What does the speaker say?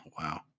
wow